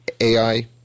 AI